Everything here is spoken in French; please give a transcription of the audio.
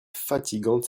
fatigante